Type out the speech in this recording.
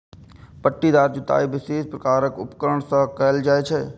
पट्टीदार जुताइ विशेष प्रकारक उपकरण सं कैल जाइ छै